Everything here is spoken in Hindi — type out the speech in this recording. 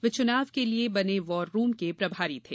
वे चुनाव के लिए बने वाररूम के प्रभारी थे